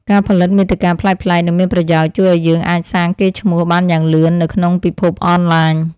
ការផលិតមាតិកាប្លែកៗនិងមានប្រយោជន៍ជួយឱ្យយើងអាចសាងកេរ្តិ៍ឈ្មោះបានយ៉ាងលឿននៅក្នុងពិភពអនឡាញ។